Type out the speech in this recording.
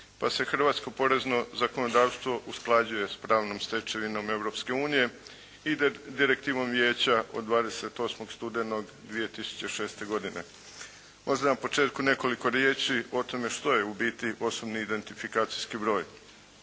pa se hrvatsko porezno zakonodavstvo usklađuje sa pravnom stečevinom Europske unije i Direktivom vijeća od 28. studenog 2006. godine. Možda na početku nekoliko riječi o tome što je u biti osobni identifikacijski broj.